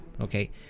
okay